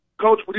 Coach